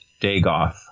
Dagoth